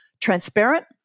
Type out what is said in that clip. transparent